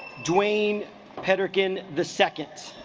duane peter caen the second